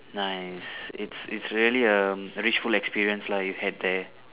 nice it's it's really a richful experience lah you had there